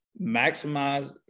maximize